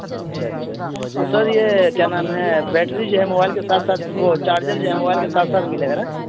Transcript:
اچھا اچھا تو سر یہ کیا نام ہے بیٹری جو ہے موبائل کے ساتھ ساتھ وہ چارجر جو ہے موبائل کے ساتھ ساتھ ملے گا نا